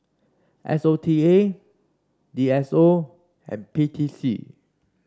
S O T A D S O and P T C